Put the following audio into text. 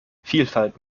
vielfalt